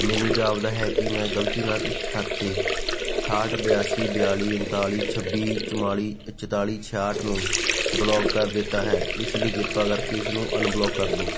ਮੈਨੂੰ ਜਾਪਦਾ ਹੈ ਕਿ ਮੈਂ ਗਲਤੀ ਨਾਲ ਇੱਕ ਖਾਤੇ ਅਠਾਹਠ ਬਿਆਸੀ ਬਿਆਲੀ ਉਣਤਾਲੀ ਛੱਬੀ ਚੋਆਲੀ ਚੁਤਾਲੀ ਛਿਆਹਠ ਨੂੰ ਬਲੌਕ ਕਰ ਦਿੱਤਾ ਹੈ ਇਸ ਲਈ ਕਿਰਪਾ ਕਰਕੇ ਇਸ ਨੂੰ ਅਨਬਲੌਕ ਕਰ ਦੋ